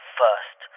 first